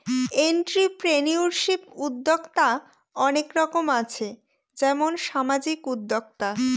entrepreneurship উদ্যক্তা অনেক রকম আছে যেমন সামাজিক উদ্যোক্তা